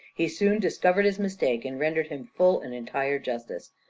he soon discovered his mistake, and rendered him full and entire justice.